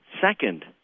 second